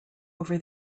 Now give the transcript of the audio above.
over